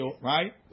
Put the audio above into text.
right